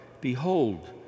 behold